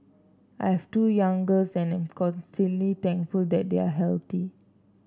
I have two young girls and constantly thankful that they are healthy